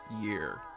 year